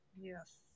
Yes